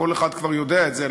כל אחד כבר יודע את זה,